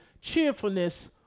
Cheerfulness